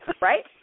right